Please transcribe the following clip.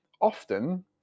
often